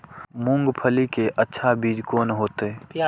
मूंगफली के अच्छा बीज कोन होते?